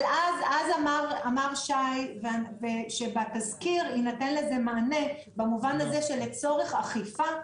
אבל אז שי אמר שבתזכיר יינתן לזה מענה במובן הזה שלצורך אכיפה,